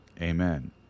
Amen